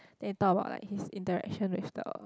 then they talk about like his interaction with the